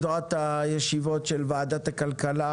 אנחנו ממשיכים את סדרת הישיבות של ועדת הכלכלה,